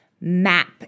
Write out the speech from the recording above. map